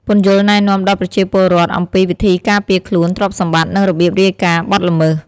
ពន្យល់ណែនាំដល់ប្រជាពលរដ្ឋអំពីវិធីការពារខ្លួន ទ្រព្យសម្បត្តិ និងរបៀបរាយការណ៍បទល្មើស។